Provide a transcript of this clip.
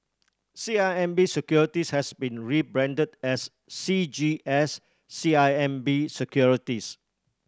C I M B Securities has been rebranded as C G S C I M B Securities